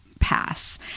pass